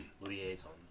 Liaison